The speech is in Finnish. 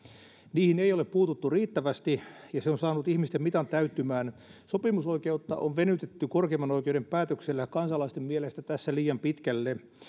niihin ei ole puututtu riittävästi ja se on saanut ihmisten mitan täyttymään sopimusoikeutta on venytetty korkeimman oikeuden päätöksellä kansalaisten mielestä tässä liian pitkälle